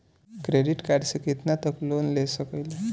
Credit card से कितना तक लोन ले सकईल?